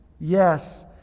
Yes